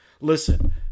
listen